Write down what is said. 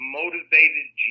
motivated